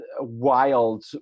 wild